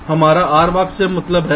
यह हम R⧠ से मतलब है